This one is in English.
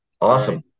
awesome